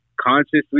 consciously